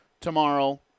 tomorrow